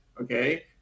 Okay